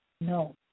No